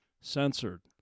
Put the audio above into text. censored